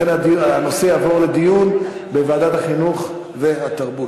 לכן הנושא יועבר לדיון בוועדת החינוך והתרבות.